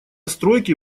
стройки